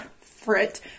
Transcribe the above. frit